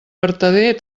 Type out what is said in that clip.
vertader